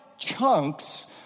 Chunks